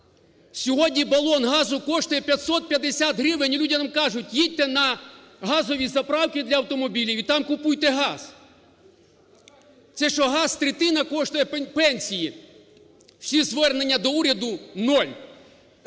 Сьогодні балон газу коштує 550 гривень і люди нам кажуть, їдьте на газові заправки для автомобілів і там купуйте газ. Це що газ третину коштує пенсії? Всі звернення до уряду – ноль.